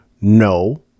no